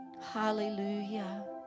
Hallelujah